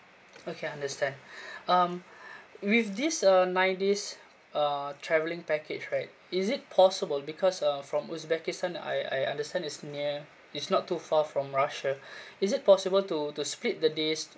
okay I understand um with this uh nine days uh travelling package right is it possible because uh from uzbekistan I I understand is near it's not too far from russia is it possible to to split the days